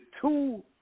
two